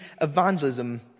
evangelism